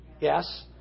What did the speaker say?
Yes